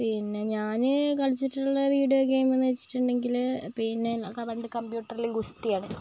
പിന്നെ ഞാൻ കളിച്ചിട്ടുള്ള വീഡിയോ ഗെയിം എന്ന് വെച്ചിട്ടുണ്ടെങ്കിൽ പിന്നെ പണ്ട് കമ്പ്യൂട്ടറിൽ ഗുസ്തിയാണ്